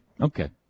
Okay